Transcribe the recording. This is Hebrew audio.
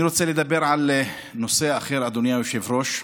אני רוצה לדבר על נושא אחר, אדוני היושב-ראש,